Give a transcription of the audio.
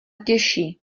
těžší